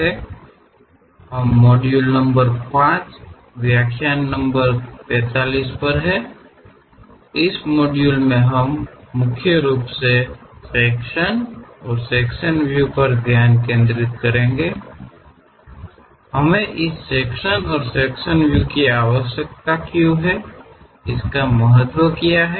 ಈ ಮಾಡ್ಯೂಲ್ನಲ್ಲಿ ವಿಭಾಗಗಳು ಮತ್ತು ವಿಭಾಗೀಯ ವೀಕ್ಷಣೆಗಳು ನಮಗೆ ಯಾವಾಗ ಬೇಕಾಗುತ್ತವೆ ಮುಖ್ಯವಾಗಿ ವಿಭಾಗಗಳು ಮತ್ತು ವಿಭಾಗೀಯ ವೀಕ್ಷಣೆಗಳ ಪ್ರಾಮುಖ್ಯತೆಯ ಮೇಲೆ ನಾವು ಗಮನ ಹರಿಸುತ್ತೇವೆ